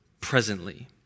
presently